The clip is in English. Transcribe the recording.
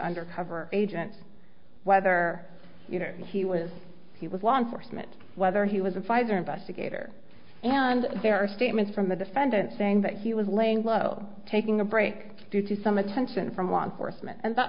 undercover agents whether he was he was law enforcement whether he was a fighter investigator and there are statements from the defendant saying that he was laying low taking a break due to some attention from one fourth man and that